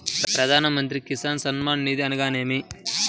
ప్రధాన మంత్రి కిసాన్ సన్మాన్ నిధి అనగా ఏమి?